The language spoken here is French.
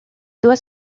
doit